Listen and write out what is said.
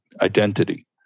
identity